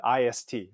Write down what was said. IST